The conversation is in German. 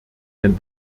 denn